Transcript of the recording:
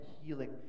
healing